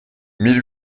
mille